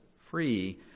free